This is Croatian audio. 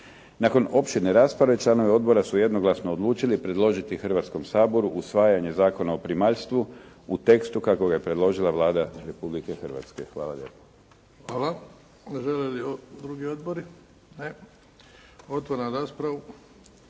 Nakon opširne rasprave članovi odbora su jednoglasno odlučili predložiti Hrvatskom saboru usvajanje Zakona o primaljstvu u tekstu kako ga je predložila Vlada Republike Hrvatske. Hvala lijepo. **Bebić, Luka (HDZ)** Hvala. Žele li drugi odbori? Ne. Otvaram raspravu.